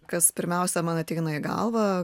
kas pirmiausia man ateina į galvą